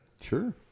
sure